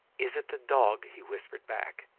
is it the dog? he whispered back.